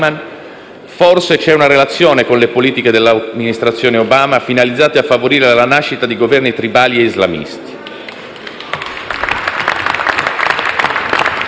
forse c'è una relazione con le politiche dell'amministrazione Obama, finalizzate a favorire la nascita di Governi tribali e islamisti.